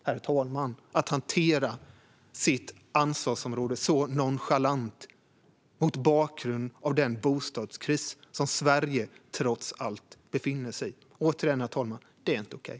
Mot bakgrund av den bostadskris som Sverige trots allt befinner sig i är det inte okej att hantera sitt ansvarsområde så nonchalant, herr talman. Det är inte okej.